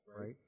Right